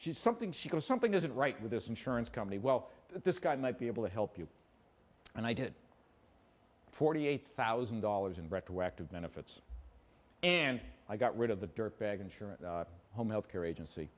she's something she goes something isn't right with this insurance company well this guy might be able to help you and i did forty eight thousand dollars in retroactive benefits and i got rid of the dirtbag insurance home health care agency